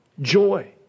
joy